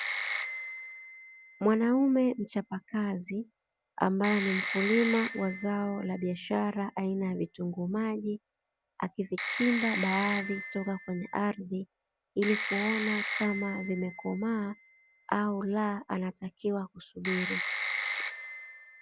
Mwanaume mchapakazi ambae ni mkulima wa zao la biashara aina ya vitunguu maji, akivichimba baadhi toka kwenye ardhi ili kuona kama vimekomaa au la anatakiwa kusubiri.